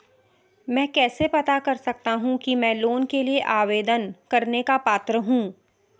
मैं कैसे पता कर सकता हूँ कि मैं लोन के लिए आवेदन करने का पात्र हूँ?